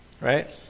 right